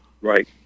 Right